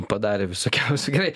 padarė visokiausių gerai